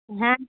হ্যাঁ